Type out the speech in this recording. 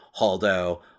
Haldo